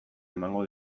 emango